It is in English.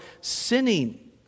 sinning